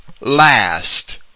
last